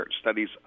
studies